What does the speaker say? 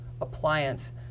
appliance